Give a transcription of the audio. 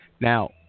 Now